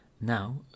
Now